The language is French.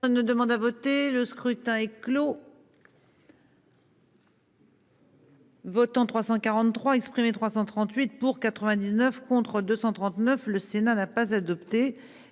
ouvert. Ça ne demande à voter le scrutin est clos. Votants 343 338 pour 99 contre 239, le Sénat n'a pas adopté